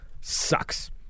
sucks